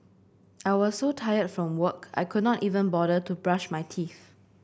I was so tired from work I could not even bother to brush my teeth